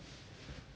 真的是会